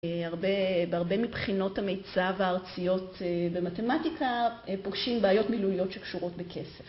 בהרבה מבחינות המיצב הארציות במתמטיקה פוגשים בעיות מילוליות שקשורות בכסף.